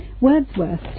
Wordsworth